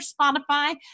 Spotify